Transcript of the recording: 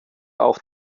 auch